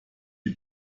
die